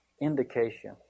indication